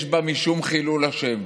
יש בה משום חילול השם.